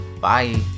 bye